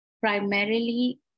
Primarily